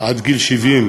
עד גיל 70,